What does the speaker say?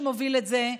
שמוביל את זה,